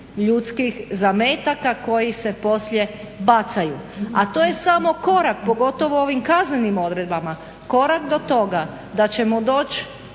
ljudskih zametaka koji se poslije bacaju, a to je samo korak, pogotovo u ovim kaznenim odredbama, korak do toga da ćemo doći